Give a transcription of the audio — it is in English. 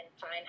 fine